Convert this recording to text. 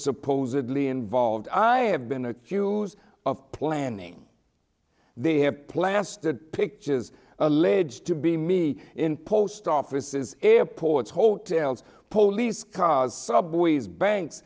supposedly involved i have been accused of planning they have plastered pictures alleged to be me in post offices airports hotels police cars subways banks